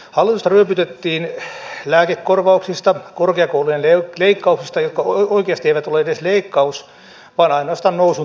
hallitusta ryöpytettiin lääkekorvauksista korkeakoulujen leikkauksista jotka oikeasti eivät olleet edes leikkaus vaan ainoastaan nousun taitto